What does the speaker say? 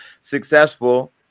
successful